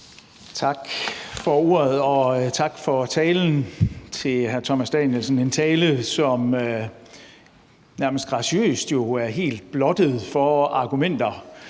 Tak for ordet. Og tak til hr. Thomas Danielsen for talen – en tale, som nærmest graciøst var helt blottet for argumenter